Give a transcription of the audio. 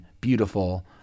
beautiful